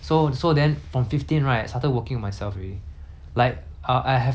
like err I have not received any money from my parents since thirteen